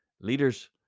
Leaders